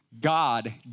God